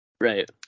Right